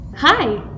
Hi